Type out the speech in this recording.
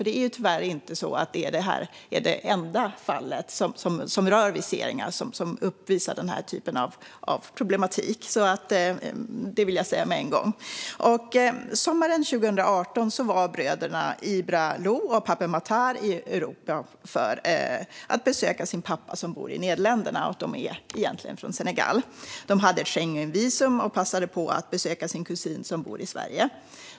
Det är ju tyvärr inte det enda fall som rör viseringar som uppvisar denna problematik. Sommaren 2018 var bröderna Ibra Lo och Pape Matar i Europa för att besöka sin pappa, som bor i Nederländerna. De är egentligen från Senegal. De hade Schengenvisum och passade på att besöka sin kusin, som bor i Sverige.